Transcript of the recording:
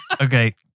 okay